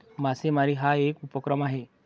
मासेमारी हा एक उपक्रम आहे